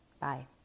Bye